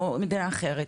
או למדינה אחרת,